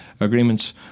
agreements